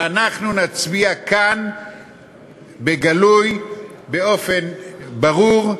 ואנחנו נצביע כאן בגלוי, באופן ברור,